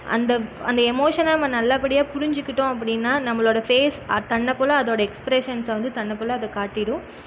அந்த அந்த எமோஷனை நம்ம நல்லப்படியாக புரிஞ்சுக்கிட்டோம் அப்படினா நம்மளோட ஃபேஸ் தன்னைப்போல அதோட எக்ஸ்பிரஷன்ஸை வந்து தனக்குள்ளே அதை காட்டிவிடும்